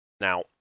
Now